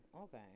okay